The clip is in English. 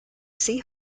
see